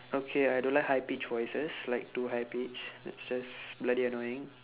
okay I don't like high pitch voices like too high pitch it's just bloody annoying